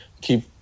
keep